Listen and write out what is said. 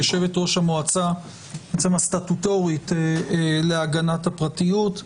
יושבת-ראש המועצה הסטטוטורית להגנת הפרטיות,